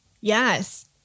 yes